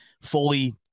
fully